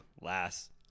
last